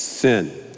Sin